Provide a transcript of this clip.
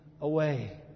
away